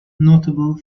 notable